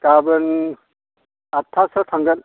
गाबोन आदथासोआव थांगोन